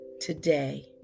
today